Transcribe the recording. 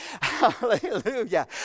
hallelujah